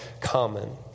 common